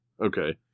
Okay